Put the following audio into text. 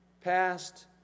Past